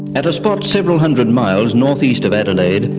at a spot several hundred miles north-east of adelaide,